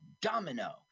domino